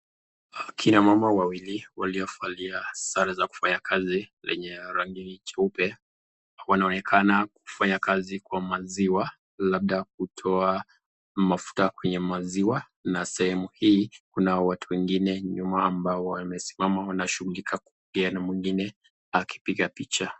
Akina mama wawili waliovalia sare za kufanya kazi lenye rangi jeupe wanaonekana kufanya kazi kwa maziwa labda kutoa mafuta kwenye maziwa, na sehemu hii kuna watu wengine nyuma waliosimama kushughulika na mwingine anapiga picha.